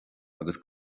agus